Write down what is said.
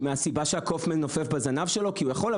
מהסיבה שהקוף מנופף בזנב שלו כי הוא יכול?